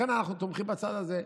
לכן אנחנו תומכים בצד הזה.